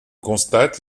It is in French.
constate